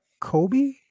Kobe